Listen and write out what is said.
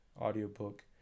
audiobook